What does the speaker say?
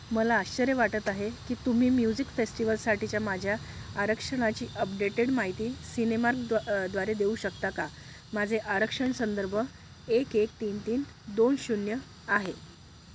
मला आश्चर्य वाटत आहे की तुम्ही म्युझिक फेस्टिवलसाठीच्या माझ्या आरक्षणाची अपडेटेड माहिती सिनेमार्व द्वारे देऊ शकता का माझे आरक्षण संदर्भ एक एक तीन तीन दोन शून्य आहे